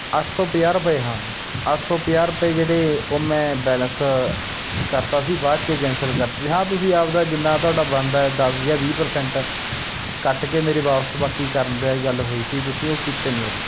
ਅੱਠ ਸੌ ਪੰਜਾਹ ਰੁਪਏ ਹਾਂ ਅੱਠ ਸੌ ਪੰਜਾਹ ਰੁਪਏ ਜਿਹੜੇ ਉਹ ਮੈਂ ਬੈਲੈਂਸ ਕਰਤਾ ਸੀ ਬਾਅਦ 'ਚ ਕੈਂਸਲ ਕਰਤਾ ਸੀ ਹਾਂ ਤੁਸੀਂ ਆਪਣਾ ਜਿੰਨਾ ਤੁਹਾਡਾ ਬਣਦਾ ਦਸ ਜਾਂ ਵੀਹ ਪਰਸੈਂਟ ਕੱਟ ਕੇ ਮੇਰੇ ਵਾਪਿਸ ਬਾਕੀ ਕਰਨ ਦਾ ਗੱਲ ਹੋਈ ਸੀ ਤੁਸੀਂ ਉਹ ਕੀਤੇ ਨਹੀਂ ਹਜੇ